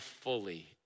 fully